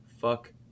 Fuck